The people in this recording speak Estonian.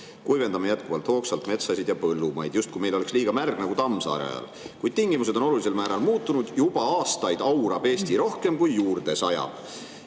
"Kuivendame jätkuvalt hoogsalt metsasid ja põllumaid, justkui meil oleks liiga märg nagu Tammsaare ajal. Kuid tingimused on olulisel määral muutunud, juba aastaid aurab Eesti piirkonniti ja